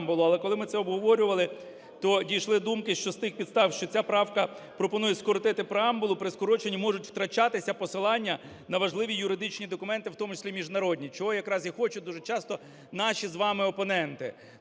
Але коли ми це обговорювали, то дійшли думки, що з тих підстав, що ця правка пропонує скоротити преамбулу, при скороченні можуть втрачатися посилання на важливі юридичні документи, в тому числі і міжнародні, чого якраз і хочуть дуже часто наші з вами опоненти.